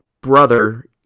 brother